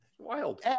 Wild